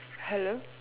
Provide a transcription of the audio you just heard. hello